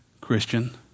Christian